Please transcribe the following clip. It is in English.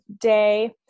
day